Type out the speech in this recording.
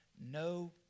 No